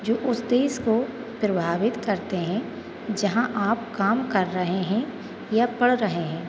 जो उस देश को प्रभावित करते हैं जहाँ आप काम कर रहे हैं या पढ़ रहे हैं